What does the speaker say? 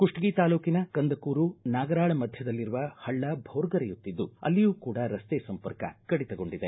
ಕುಷ್ಟಗಿ ತಾಲೂಕಿನ ಕಂದಕೂರು ನಾಗರಾಳ ಮಧ್ಯದಲ್ಲಿರುವ ಪಳ್ಳ ಭೋರ್ಗರೆಯುತ್ತಿದ್ದು ಅಲ್ಲಿಯೂ ಕೂಡ ರಸ್ತೆ ಸಂಪರ್ಕ ಕಡಿತಗೊಂಡಿದೆ